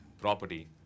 property